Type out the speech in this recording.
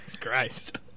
Christ